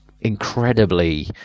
incredibly